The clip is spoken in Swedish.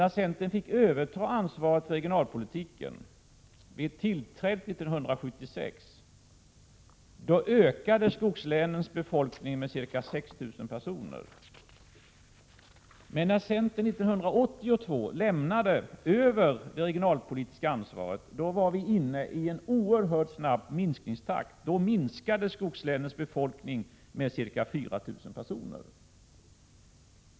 När centern fick överta ansvaret för regionalpolitiken vid tillträdet 1976 ökade skogslänens befolkning med ca 6 000 personer, men när centern lämnade över det regionalpolitiska ansvaret 1982 var minskningstakten oerhört snabb, då skogslänens befolkning minskade med ca 4 000 personer.